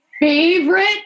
favorite